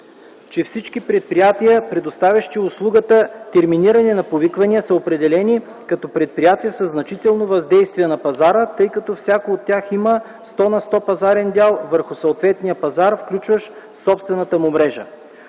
че всички предприятия, предоставящи услугата терминиране на повиквания, са определени като предприятия със значително въздействие на пазара, тъй като всяко от тях има сто на сто пазарен дял върху съответния пазар, включващ собствената му мрежа.